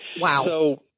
Wow